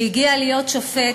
שהגיע להיות שופט